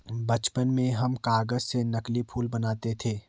बचपन में हम कागज से नकली फूल बनाते थे